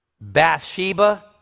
Bathsheba